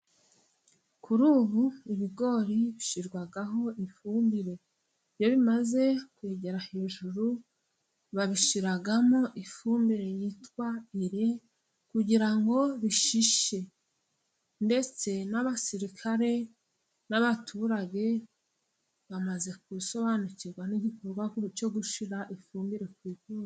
Kuri ubu ibigori bishyirwaho ifumbire, iyo bimaze kwegera hejuru babishyiramo ifumbire yitwa "iri", kugira bishishe, ndetse n'abasirikare n'abaturage bamaze gusobanukirwa n'igikorwa cyo gushyira ifumbire ku bigori.